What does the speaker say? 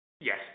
Yes